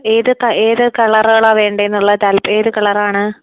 ഏത് ഏത് കളറളാണ് വേണ്ടതെന്നുള്ളത് താൽപര്യം ഏത് കളറാണ്